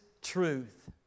truth